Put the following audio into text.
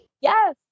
Yes